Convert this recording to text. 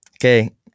Okay